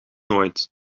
nooit